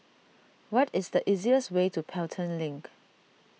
what is the easiest way to Pelton Link